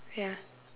ya